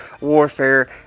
warfare